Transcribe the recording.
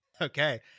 Okay